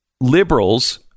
liberals